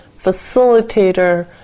facilitator